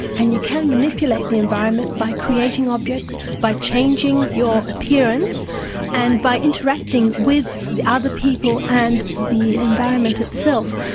and you can manipulate the environment by creating objects, by changing your appearance and by interacting with the ah other people and the environment itself.